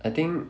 I think